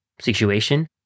situation